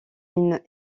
une